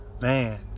Man